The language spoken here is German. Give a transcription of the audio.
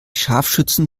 scharfschützen